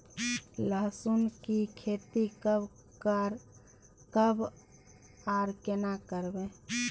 लहसुन की खेती कब आर केना करबै?